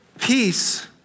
Peace